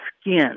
skin